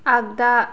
आगदा